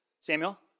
Samuel